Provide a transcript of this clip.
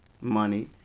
money